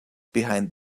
behind